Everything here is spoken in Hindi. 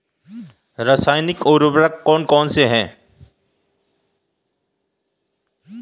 रासायनिक उर्वरक कौन कौनसे हैं?